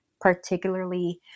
particularly